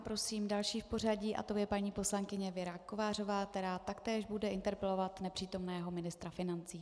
Prosím další v pořadí a tou je paní poslankyně Věra Kovářová, která taktéž bude interpelovat nepřítomného ministra financí.